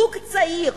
זוג צעיר,